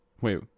Wait